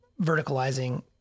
verticalizing